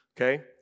Okay